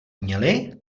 měli